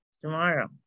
tomorrow